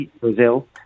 Brazil